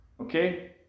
Okay